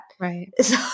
Right